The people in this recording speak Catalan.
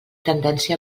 tendència